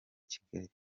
kigali